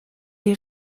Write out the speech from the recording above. les